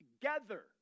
together